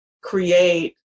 create